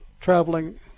traveling